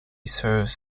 serves